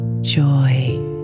joy